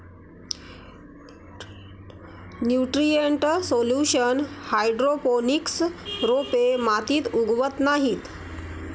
nutrient solution hydroponics रोपे मातीत उगवत नाहीत